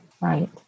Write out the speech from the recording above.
Right